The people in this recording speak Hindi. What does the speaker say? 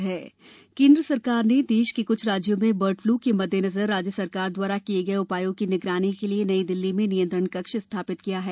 केन्द्र बर्डफ्लू केन्द्र सरकार ने देश के कुछ राज्यों में बर्डफ्लू के मद्देनजर राज्य सरकार द्वारा किए गए उपायों की निगरानी के लिए नई दिल्ली में नियंत्रण कक्ष स्थापित किया है